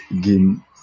game